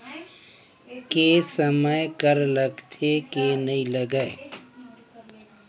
के समय कर लगथे के नइ लगय?